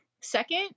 second